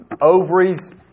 ovaries